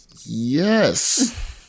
yes